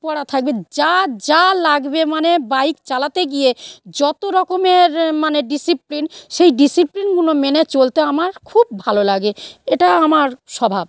পরা থাকবে যা যা লাগবে মানে বাইক চালাতে গিয়ে যত রকমের মানে ডিসিপ্লিন সেই ডিসিপ্লিনগুলো মেনে চলতে আমার খুব ভালো লাগে এটা আমার স্বভাব